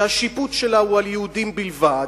שהשיפוט שלה הוא על יהודים בלבד,